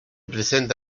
presenta